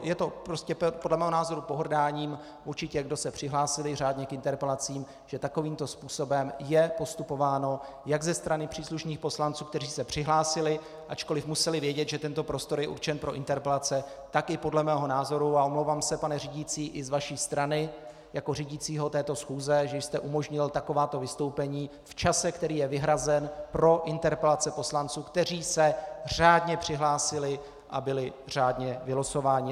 Je to podle mého názoru pohrdáním těmi, kdo se řádně přihlásili k interpelacím, že takovýmto způsobem je postupováno jak ze strany příslušných poslanců, kteří se přihlásili, ačkoliv museli vědět, že tento prostor je určen pro interpelace, tak i podle mého názoru, a omlouvám se pane řídící, i z vaší strany jako řídícího této schůze, že jste umožnil takováto vystoupení v čase, který je vyhrazen pro interpelace poslanců, kteří se řádně přihlásili a byli řádně vylosováni.